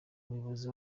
umuyobozi